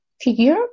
figure